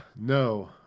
No